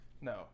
No